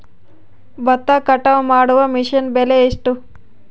ಭತ್ತ ಕಟಾವು ಮಾಡುವ ಮಿಷನ್ ಬೆಲೆ ಎಷ್ಟು?